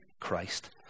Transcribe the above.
Christ